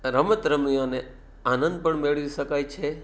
રમત રમી અને આનંદ પણ મેળવી શકાય છે